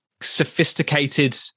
sophisticated